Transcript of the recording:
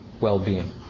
well-being